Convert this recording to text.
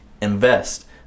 invest